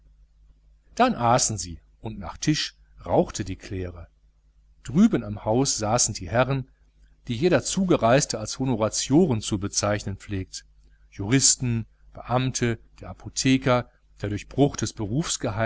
dann aßen sie und nach tisch rauchte die claire drüben am haus saßen die herren die jeder zugereiste als honoratioren zu bezeichnen pflegt juristen beamte der apotheker der durch bruch des